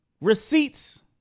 receipts